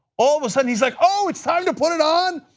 all of a sudden he's like, oh, it's time to put it on?